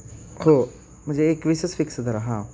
हो म्हणजे एकवीसच फिक्स धरा हा